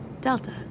Delta